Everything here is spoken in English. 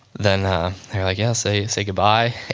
then they were like yeah, say say goodbye.